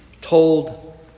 told